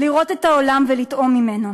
לראות את העולם ולטעום ממנו,